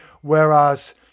whereas